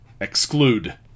exclude